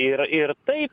ir ir tai